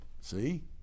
see